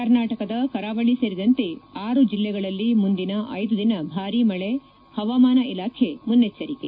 ಕರ್ನಾಟಕದ ಕರಾವಳಿ ಸೇರಿದಂತೆ ಆರು ಜಿಲ್ಲೆಗಳಲ್ಲಿ ಮುಂದಿನ ಐದು ದಿನ ಭಾರೀ ಮಳೆ ಹವಾಮಾನ ಇಲಾಖೆ ಮುನೈಚ್ಲರಿಕೆ